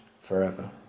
forever